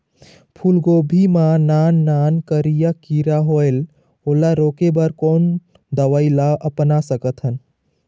फूलगोभी मा नान नान करिया किरा होयेल ओला रोके बर कोन दवई ला अपना सकथन?